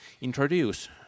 introduce